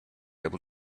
able